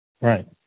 Right